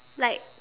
like